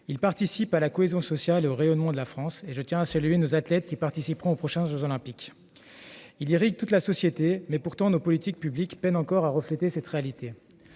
Il participe à la cohésion sociale et au rayonnement de la France, et je tiens à saluer nos athlètes qui participeront aux prochains jeux Olympiques. Le sport irrigue toute la société. Pourtant, nos politiques publiques peinent encore à refléter cette réalité.